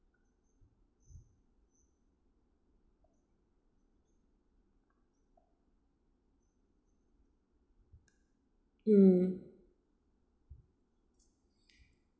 mm